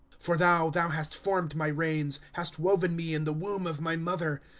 for thou, thou hast formed my reins, hast woven me in the womb of my mother.